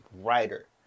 writer